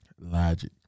Logic